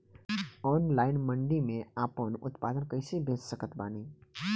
Online मंडी मे आपन उत्पादन कैसे बेच सकत बानी?